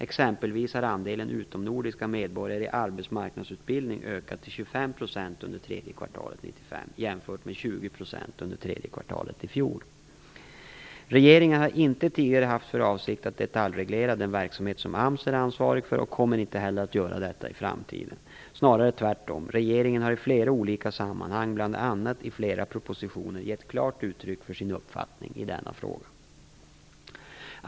Exempelvis har andelen utomnordiska medborgare i arbetsmarknadsutbildning ökat till 25 % under tredje kvartalet Regeringen har inte tidigare haft för avsikt att detaljreglera den verksamhet som AMS är ansvarig för och kommer inte heller att göra detta i framtiden, snarare tvärtom. Regeringen har i flera olika sammanhang, bl.a. i flera propositioner, klart gett uttryck för sin uppfattning i denna fråga.